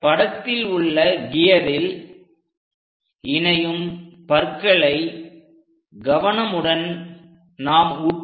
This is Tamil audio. படத்தில் உள்ள கியரில் இணையும் பற்களை கவனமுடன் நாம் உற்று நோக்குவோம்